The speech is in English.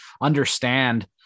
understand